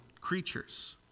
creatures